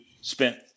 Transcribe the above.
spent